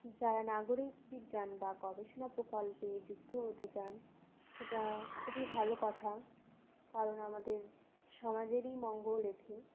যারা নাগরিক বিজ্ঞান বা গবেষণা প্রকল্পে যুক্ত হতে চান সেটা খুবই ভালো কথা কারণ আমাদের সমাজেরই মঙ্গল এতে